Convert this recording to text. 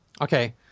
Okay